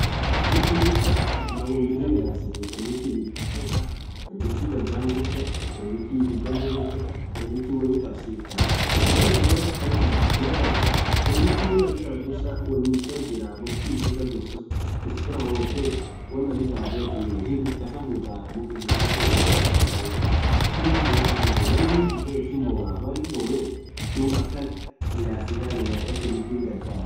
Kibbirth dhursaaa maa won birri mudhasith kibbirth ibidhan kayetha kibbirth badhan ghubdha kibbirth ibidhan bobefetha kibbirth woinn kabsiftha Mal athin won akhanatha nidhasithu kibirth won atin itathu dhursaaa wonn isha jirah box ishin kasjirsun dhufthee rawothethu won athi itathe hiii rrr kasafutha mugha kibirth khakhalah sunn hin bhuthani Mal inn bukethuu hin bobaaaa Mal inn bobethu dhub akhan midhasithani